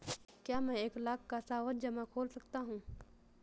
क्या मैं एक लाख का सावधि जमा खोल सकता हूँ?